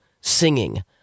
singing